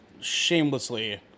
shamelessly